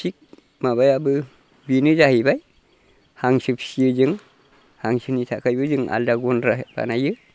थिग माबायाबो बेनो जाहैबाय हांसो फियो जों हांसोनि थाखायबो जों आलदा गन्द्रा बानायो